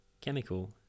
chemical